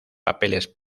papeles